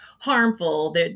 Harmful